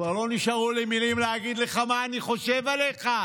כבר לא נשארו לי מילים להגיד לך מה אני חושב עליך.